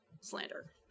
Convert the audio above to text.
slander